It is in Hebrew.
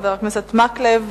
חבר הכנסת מקלב,